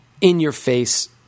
in-your-face